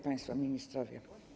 Państwo Ministrowie!